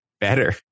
better